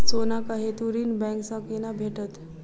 सोनाक हेतु ऋण बैंक सँ केना भेटत?